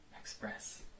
express